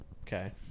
Okay